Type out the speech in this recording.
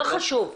לא חשוב.